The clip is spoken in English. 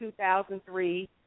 2003